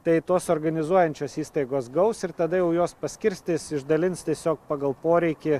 tai tos organizuojančios įstaigos gaus ir tada jau jos paskirstys išdalins tiesiog pagal poreikį